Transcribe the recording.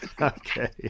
Okay